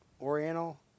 oriental